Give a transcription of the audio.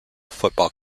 football